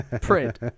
Print